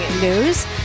News